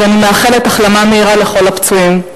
ואני מאחלת החלמה מהירה לכל הפצועים.